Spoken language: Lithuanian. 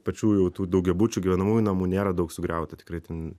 pačių jau tų daugiabučių gyvenamųjų namų nėra daug sugriauta tikrai ten